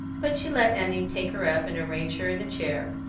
but she let annie take her up and arrange her in a chair,